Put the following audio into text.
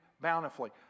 bountifully